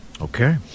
Okay